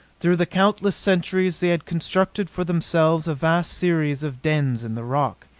through the countless centuries they had constructed for themselves a vast series of dens in the rock.